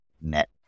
Net